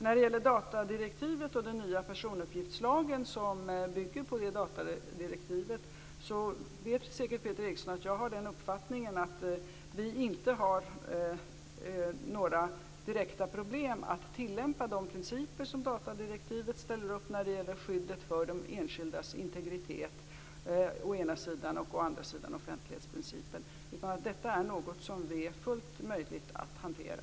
När det gäller datadirektivet och den nya personuppgiftslagen, som bygger på detta datadirektiv, vet säkert Peter Eriksson att jag har den uppfattningen att vi inte har några direkta problem att tillämpa de principer som datadirektivet ställer upp när det gäller skyddet för de enskildas integritet å ena sidan och offentlighetsprincipen å andra sidan. Detta är något som är fullt möjligt att hantera.